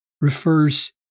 refers